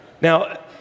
Now